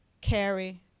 carry